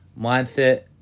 mindset